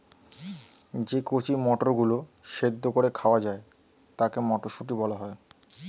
যে কচি মটরগুলো সেদ্ধ করে খাওয়া যায় তাকে মটরশুঁটি বলা হয়